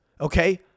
okay